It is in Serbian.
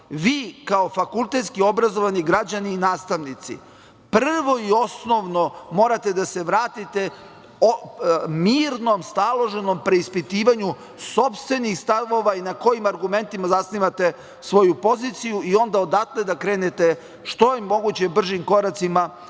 Vi kao fakultetski obrazovani građani i nastavnici prvo i osnovno morate da se vratite mirnom, staloženom preispitivanju sopstvenih stavova i na kojim argumentima zasnivate svoju poziciju i onda odatle da krenete što je mogućim brzim koracima